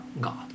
God